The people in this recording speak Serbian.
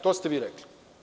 To ste vi rekli.